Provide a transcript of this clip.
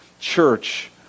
church